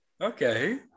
Okay